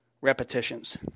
repetitions